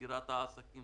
סגירת עסקים